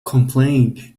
complain